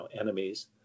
enemies